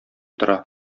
тора